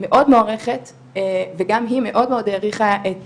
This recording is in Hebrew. מאוד מוערכת וגם היא מאוד העריכה את